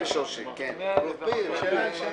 כן, הקראנו את הסעיפים.